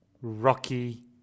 rocky